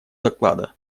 доклада